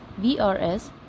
vrs